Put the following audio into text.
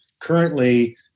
currently